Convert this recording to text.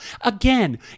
Again